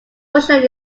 bushland